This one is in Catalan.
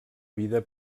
vida